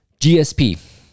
GSP